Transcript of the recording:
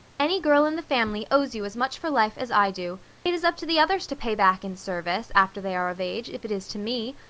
any girl in the family owes you as much for life as i do it is up to the others to pay back in service, after they are of age, if it is to me.